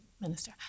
Minister